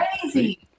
Crazy